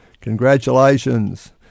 Congratulations